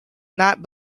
not